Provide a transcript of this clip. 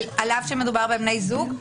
על אף שמדובר בבני זוג.